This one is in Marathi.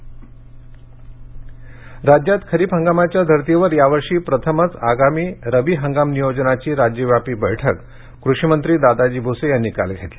रब्बी हगाम राज्यात खरीप हंगामाच्या धर्तीवर यावर्षी प्रथमच आगामी रब्बी हंगाम नियोजनाची राज्यव्यापी बैठक कृषिमंत्री दादाजी भूसे यांनी काल घेतली